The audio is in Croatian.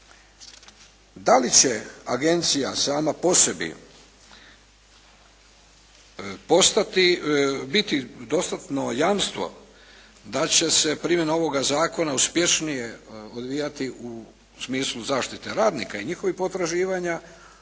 Da li će agencija sama po sebi postati, biti dostatno jamstvo da će se primjena ovoga zakona uspješnije odvijati u smislu zaštite radnika i njihovih potraživanja,